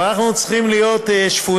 אבל אנחנו צריכים להיות שפויים,